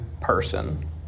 person